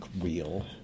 real